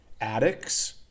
addicts